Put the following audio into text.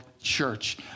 church